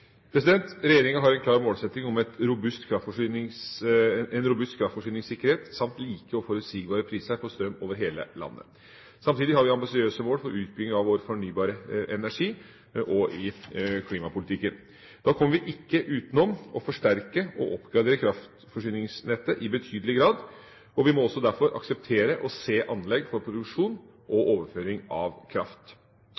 Regjeringa har en klar målsetting om en robust kraftforsyningssikkerhet samt like og forutsigbare priser på strøm over hele landet. Samtidig har vi ambisiøse mål for utbygging av vår fornybare energi og i klimapolitikken. Da kommer vi ikke utenom å forsterke og oppgradere kraftforsyningsnettet i betydelig grad, og vi må også derfor akseptere å se anlegg for produksjon og